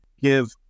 give